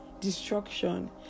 destruction